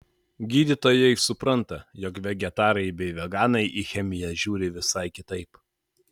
gydytojai supranta jog vegetarai bei veganai į chemiją žiūri visai kitaip